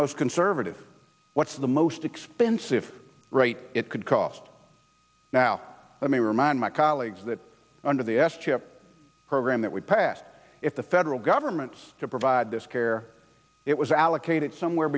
most conservative what's the most expensive it could cost now let me remind my colleagues that under the s chip program that we passed if the federal government to provide this care it was allocated somewhere